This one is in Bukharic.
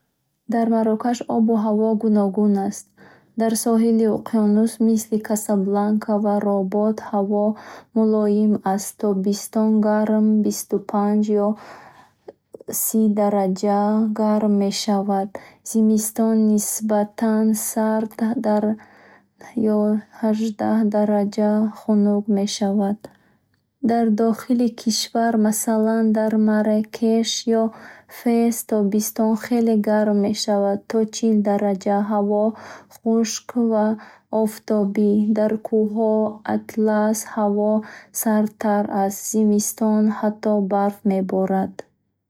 Дар Марокаш обу ҳаво гуногун аст. Дар соҳили уқёнус, мисли Касабланка ва Работ, ҳаво мулоим аст тобистон гарм листу панч ёси дарача гарм мешавад. зимистон нисбатан сард дах ё аждах дарача хунук мешавад. Дар дохили кишвар, масалан дар Маракеш ё Фес, тобистон хеле гарм мешавад то чил дарача, ҳаво хушк ва офтобӣ. Дар кӯҳҳои Атлас ҳаво сардтар аст зимистон ҳатто барф меборад.